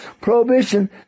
prohibition